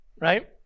right